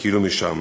כאילו משם.